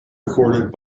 recorded